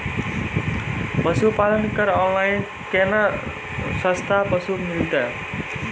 पशुपालक कऽ ऑनलाइन केना सस्ता पसु मिलतै?